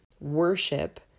worship